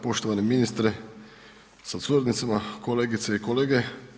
Poštovani ministre sa suradnicima, kolegice i kolege.